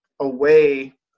away